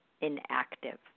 inactive